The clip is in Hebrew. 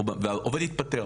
העובד התפטר,